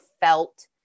felt